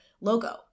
logo